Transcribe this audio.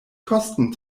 kosten